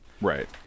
Right